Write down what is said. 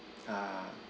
ah